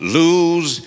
lose